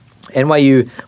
NYU